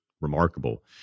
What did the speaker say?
remarkable